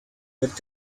that